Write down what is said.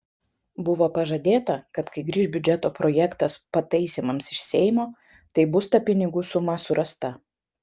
buvo pažadėta kad kai grįš biudžeto projektas pataisymams iš seimo tai bus ta pinigų suma surasta